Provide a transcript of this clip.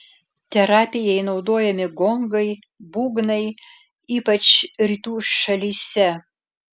terapijai naudojami gongai būgnai ypač rytų šalyse